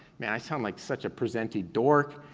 man i sound like such a presenty dork.